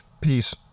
Peace